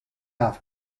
have